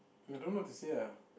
I don't know what to say ah